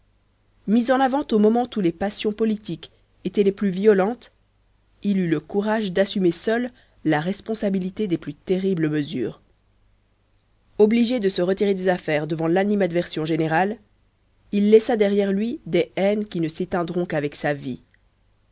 mis en avant au moment où les passions politiques étaient les plus violentes il eut le courage d'assumer seul la responsabilité des plus terribles mesures obligé de se retirer des affaires devant l'animadversion générale il laissa derrière lui des haines qui ne s'éteindront qu'avec sa vie